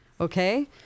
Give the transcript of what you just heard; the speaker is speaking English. okay